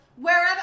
wherever